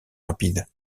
rapide